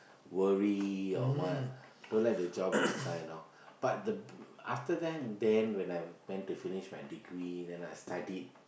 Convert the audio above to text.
worry or what don't like the job resign loh but the after that then when I went to finish my degree then I studied